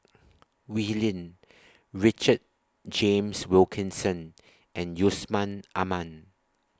Wee Lin Richard James Wilkinson and Yusman Aman